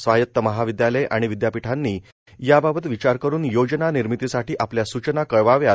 स्वायत महाविद्यालये आणि विद्यापीठांनी याबाबत विचार करुन योजना निर्मितीसाठी आपल्या सूचना कळवाव्यात